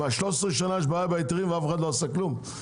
13 שנה יש בעיה בהיתרים ואף אחד לא עשה דבר?